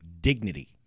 Dignity